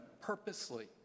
purposely